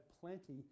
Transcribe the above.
plenty